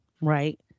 Right